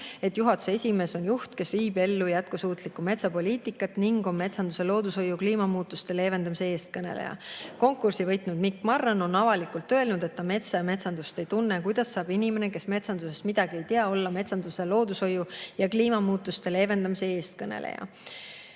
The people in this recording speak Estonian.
et "Juhatuse esimees on juht, kes viib ellu jätkusuutlikku metsapoliitikat ning on metsanduse, loodushoiu ja kliimamuutuste leevendamise eestkõneleja." Konkursi võitnud Mikk Marran on avalikult öelnud, et ta metsa ja metsandust ei tunne. Kuidas saab inimene, kes metsandusest midagi ei tea, olla "metsanduse, loodushoiu ja kliimamuutuste leevendamise eestkõneleja"?"